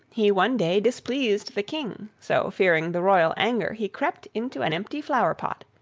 he one day displeased the king, so, fearing the royal anger, he crept into an empty flower-pot,